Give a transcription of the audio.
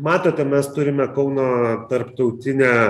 matote mes turime kauno tarptautinę